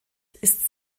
ist